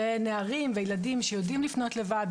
לנערים וילדים שיודעים לפנות לבד,